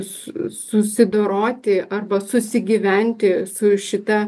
su susidoroti arba susigyventi su šita